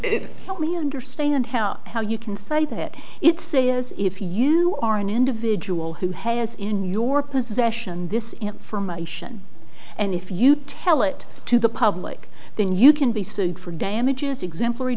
it helped me understand how how you can cite it it's a as if you are an individual who has in your possession this information and if you tell it to the public then you can be sued for damages exemplary